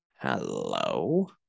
Hello